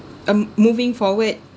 um moving forward